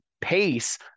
pace